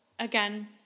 Again